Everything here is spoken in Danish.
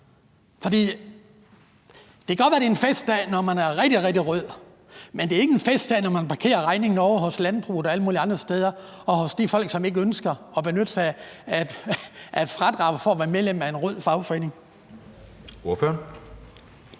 For det kan godt være, at det er en festdag, når man er rigtig, rigtig rød, men det er ikke en festdag, når man parkerer regningen ovre hos landbruget og alle mulige andre steder og hos de folk, som ikke ønsker at benytte sig af et fradrag for at have medlemskab af en rød fagforening.